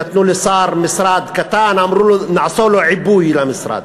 נתנו לשר משרד קטן, אמרו, נעשה לו עיבוי למשרד.